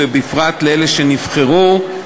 ובפרט לאלה שנבחרו לכנסת.